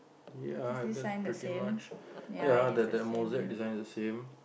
ya that's pretty much ya the mosaic design the same